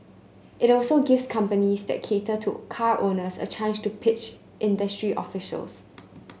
it also gives companies that cater to car owners a chance to pitch industry officials